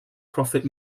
prophet